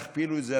תכפילו את זה,